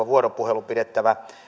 vuoropuhelua pidettävä